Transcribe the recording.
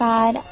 God